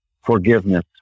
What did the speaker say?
forgiveness